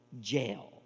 jail